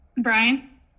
Brian